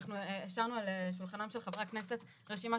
אנחנו השארנו על שולחנם של חברי הכנסת רשימה